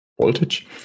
voltage